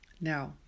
Now